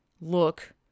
look